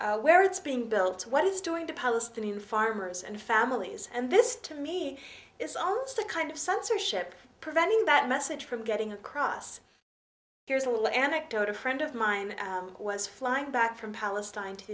where it's being built what it's doing to palestinian farmers and families and this to me is also the kind of censorship preventing that message from getting across here's a little anecdote of friend of mine who was flying back from palestine to